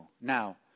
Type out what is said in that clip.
Now